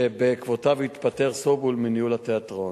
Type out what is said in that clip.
שבעקבותיו התפטר סובול מניהול התיאטרון.